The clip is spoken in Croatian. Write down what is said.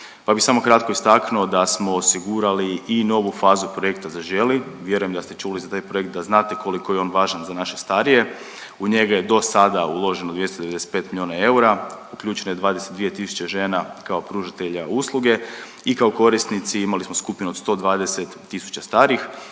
pa bi samo kratko istaknuo da smo osigurali i novu fazu projekta „Zaželi“. Vjerujem da ste čuli za taj projekt, da znate koliko je on važan za naše starije. U njega je dosada uloženo 295 milijuna eura, uključeno je 22 tisuće žena kao pružatelja usluge i kao korisnici imali smo skupinu od 120 tisuća starijih.